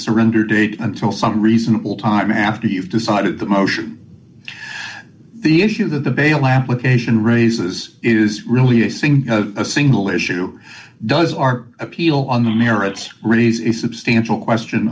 surrender date until some reasonable time after you've decided that motion the issue that the bail application raises is releasing a single issue does our appeal on the merits raise a substantial question